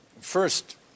First